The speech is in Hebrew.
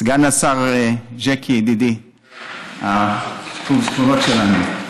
סגן השר ז'קי, ידידי, שיקום השכונות שלנו,